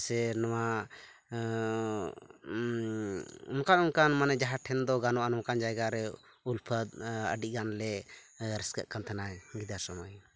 ᱥᱮ ᱱᱚᱣᱟ ᱚᱱᱠᱟ ᱚᱱᱠᱟᱱ ᱢᱟᱱᱮ ᱡᱟᱦᱟᱸᱴᱷᱮᱱ ᱫᱚ ᱜᱟᱱᱚᱜᱼᱟ ᱱᱚᱝᱠᱟᱱ ᱡᱟᱭᱜᱟᱨᱮ ᱩᱞᱯᱷᱟ ᱟᱹᱰᱤᱜᱟᱱ ᱞᱮ ᱨᱟᱹᱥᱠᱟᱹ ᱠᱟᱱ ᱛᱟᱦᱮᱱᱟ ᱜᱤᱫᱽᱨᱟᱹ ᱥᱩᱢᱟᱹᱭ